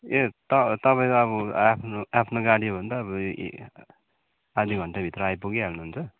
ए त तपाईँ त अब आफ्नो गाडी हो भने त अब आधा घन्टाभित्र आइपुगिहाल्नु हुन्छ